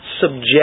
subject